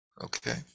Okay